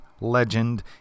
legend